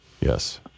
Yes